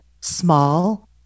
small